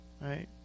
Right